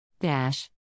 Dash